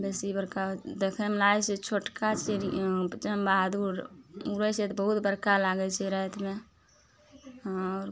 बेसी बड़का देखयमे लागय छै छोटका चिड़ियाँ चमबहादुर उड़य छै तऽ बहुत बड़का लागय छै रातिमे अहाँ आउरके